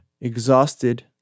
exhausted